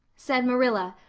said marilla,